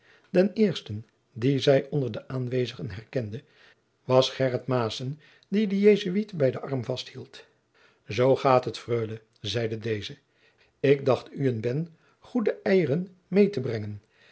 den eersten dien zij onder de aanwezigen herkende was gheryt maessen die den jesuit bij den arm vasthield zoo gaôt het freule zeide deze ik dacht oe een ben goede eieren met te brengen